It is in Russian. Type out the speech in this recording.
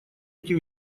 эти